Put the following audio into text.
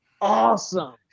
awesome